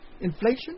inflation